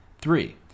Three